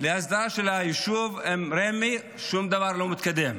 עם רמ"י, ושום דבר לא מתקדם.